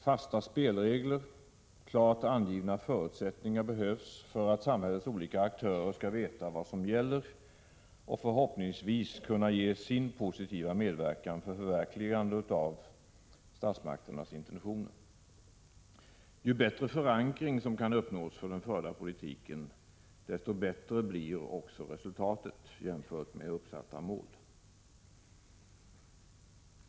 Fasta spelregler och klart angivna förutsättningar behövs för att samhällets olika aktörer skall veta vad som gäller och förhoppningsvis kunna ge sin positiva medverkan till ett förverkligande av statsmakternas intentioner. Ju bättre förankring som kan uppnås för den förda politiken, desto bättre blir också resultatet jämfört med uppsatta mål.